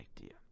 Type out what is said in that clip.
idea